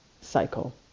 cycle